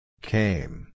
Came